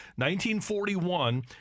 1941